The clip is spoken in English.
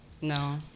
No